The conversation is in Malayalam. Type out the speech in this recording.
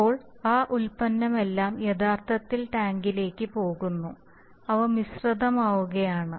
ഇപ്പോൾ ആ ഉൽപ്പന്നമെല്ലാം യഥാർത്ഥത്തിൽ ടാങ്കിലേക്ക് പോകുന്നു അവ മിശ്രിതമാവുകയാണ്